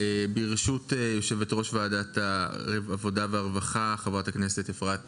ברשות יושבת ראש ועדת העבודה והרווחה חברת הכנסת אפרת